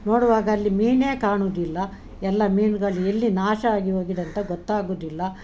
ನೋಡುವಾಗ ಅಲ್ಲಿ ಮೀನೇ ಕಾಣುದಿಲ್ಲ ಎಲ್ಲಾ ಮೀನುಗಳು ಎಲ್ಲಿ ನಾಶ ಆಗಿ ಹೋಗಿದಂತ ಗೊತ್ತಾಗುದಿಲ್ಲ